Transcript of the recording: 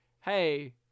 hey